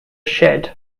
shed